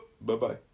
Bye-bye